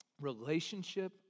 relationship